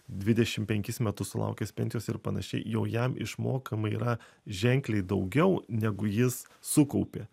dvidešim penkis metus sulaukęs pensijos ir panašiai jau jam išmokama yra ženkliai daugiau negu jis sukaupė